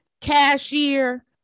cashier